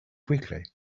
quickly